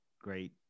great